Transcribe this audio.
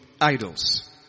idols